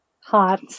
Hot